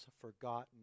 forgotten